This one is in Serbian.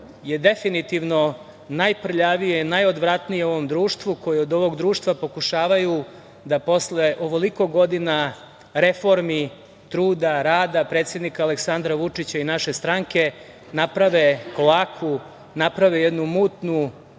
je definitivno najprljavije, najodvratnije u ovom društvu i od ovog društva pokušavaju, posle ovoliko godina reformi, truda, rada predsednika Aleksandra Vučića, naše stranke, naprave jednu kloaku, naprave jednu mutnu